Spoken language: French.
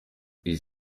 ils